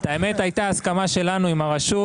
האמת, הייתה הסכמה שלנו עם הרשות.